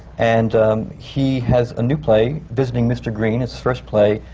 and he has a new play, visiting mr. green, his first play,